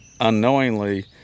unknowingly